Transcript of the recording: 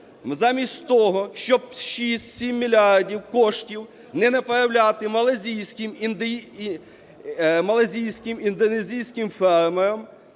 Замість того, щоб 6-7 мільярдів коштів не направляти малайзійським, індонезійським фермерам,